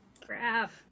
Crap